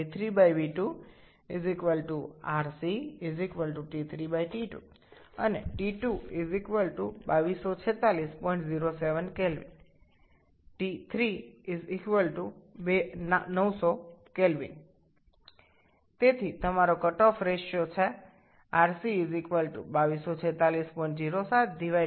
v2T2v3T3 এটি হলো v3v2 𝑟c T3T2 এবং T3 224607 K T2 900 K সুতরাং কাট অফ অনুপাত হল 𝑟𝑐 224607900 এটি হল কাট অফ অনুপাত যেটা আমরা খুঁজছি